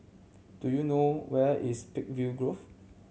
do you know where is Peakville Grove